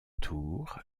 tour